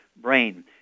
brain